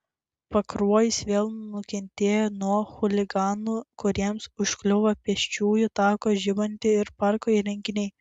pakruojis vėl nukentėjo nuo chuliganų kuriems užkliuvo pėsčiųjų tako žibintai ir parko įrenginiai